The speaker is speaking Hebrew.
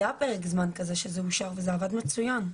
היה פרק זמן כזה שזה אושר, וזה עבד מצוין.